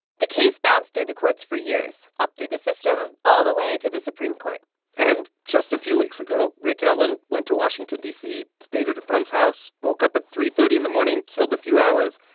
the case bounced through the courts for years, up through the system all the way to the supreme court and just a few weeks ago, rick allen went to washington, d c, stayed at a friend's house, woke up at three thirty in the morning, killed a few hours.